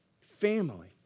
Family